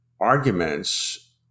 arguments